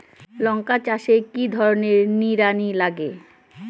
লঙ্কা চাষে কি ধরনের নিড়ানি লাগে?